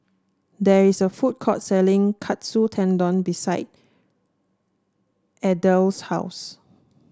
there is a food court selling Katsu Tendon beside Adel's house